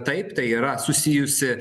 taip tai yra susijusi